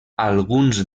alguns